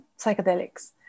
psychedelics